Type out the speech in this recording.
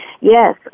Yes